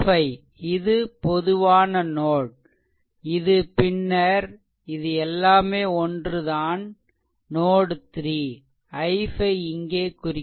i5 இது பொதுவான note இது பின்னர் இது எல்லாமே ஒன்றுதான் நோட் 3 i5 இங்கே குறிக்கிறேன்